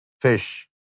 fish